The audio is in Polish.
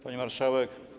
Pani Marszałek!